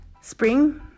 spring